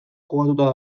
kokatuta